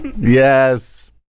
Yes